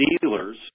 dealers